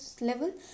level